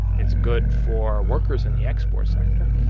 it's good for workers in the export sector.